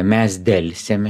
mes delsėm